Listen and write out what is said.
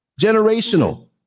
generational